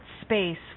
space